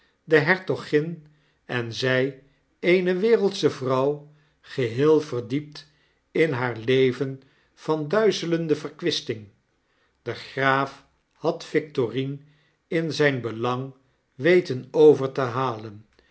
de hertogin en zg eene wereldsche vrouw geheel verdiept in haar leven van duizelende verkwisting de graaf had victorine in zp belang weten over te halen